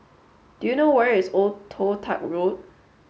do you know where is Old Toh Tuck Road